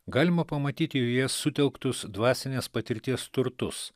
galima pamatyti joje sutelktus dvasinės patirties turtus